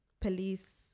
police